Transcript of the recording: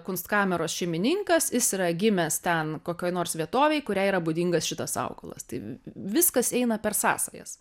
kunstkameros šeimininkas jis yra gimęs ten kokioj nors vietovėj kurią yra būdingas šitas augalas tai viskas eina per sąsajas